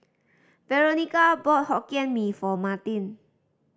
Veronica bought Hokkien Mee for Martin